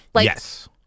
Yes